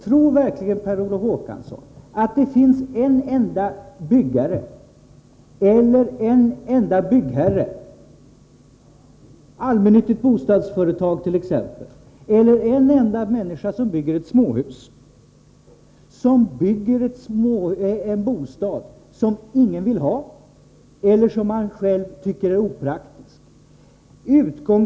Tror verkligen Per Olof Håkansson att det finns någon enda byggare eller byggherre — något allmännyttigt bostadsföretag t.ex. — eller någon enda människa som bygger småhus som utformar bostaden på sådant sätt att ingen vill ha den eller man själv tycker att den är opraktisk?